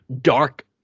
dark